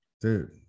Dude